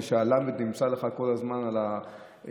ושהלמ"ד נמצא לך כל הזמן על הגב,